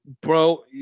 bro